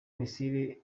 missile